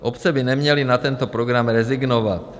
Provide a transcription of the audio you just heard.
Obce by neměly na tento program rezignovat.